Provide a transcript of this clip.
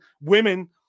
Women